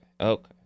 okay